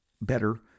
better